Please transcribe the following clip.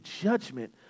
judgment